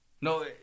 No